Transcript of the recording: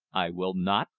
i will not,